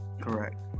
correct